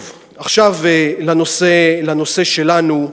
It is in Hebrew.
טוב, עכשיו לנושא שלנו,